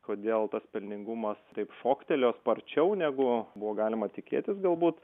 kodėl tas pelningumas taip šoktelėjo sparčiau negu buvo galima tikėtis galbūt